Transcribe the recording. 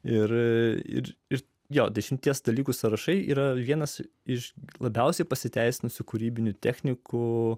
ir iš jo dešimties dalykų sąrašai yra vienas iš labiausiai pasiteisinusių kūrybinių technikų